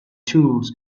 tools